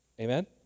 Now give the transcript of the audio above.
Amen